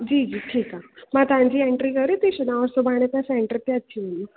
जी जी ठीकु आहे मां तव्हां जी एंटरी करे थी छॾियांव सुभाणे तव्हां सैंटर ते अची वञो